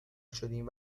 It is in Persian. شدیم